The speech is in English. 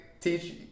Teach